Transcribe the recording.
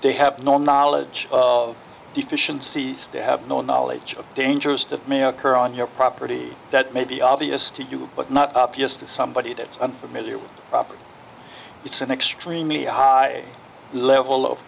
they have no knowledge of deficiencies they have no knowledge of dangers the main occur on your property that may be obvious to you but not just the somebody that's unfamiliar with proper it's an extremely high level of